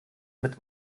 mit